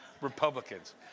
Republicans